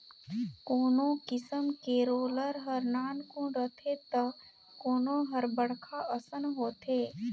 कोनो किसम के रोलर हर नानकुन रथे त कोनो हर बड़खा असन होथे